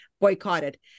boycotted